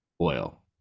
oil